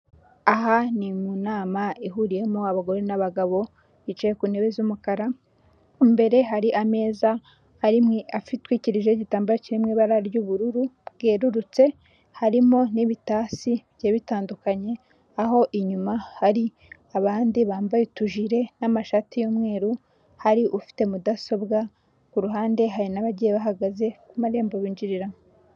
Aha ni mu nama ihuriyemo abagore n'abagabo bicaye ku ntebe z'umukara, imbere hari ameza atwikirije igitambaro kirimo ibara ry'ubururu bwererutse, harimo n'ibitasi bigiye bitandukanye, aho inyuma hari abandi bambaye utujire n'amashati y'umweru, hari ufite mudasobwa, ku ruhande hari n'abagiye bahagaze ku marembo binjiriramo.